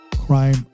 crime